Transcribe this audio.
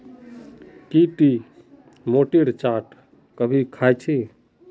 की टी मोठेर चाट कभी ख़या छि